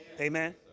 Amen